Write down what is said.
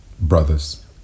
brothers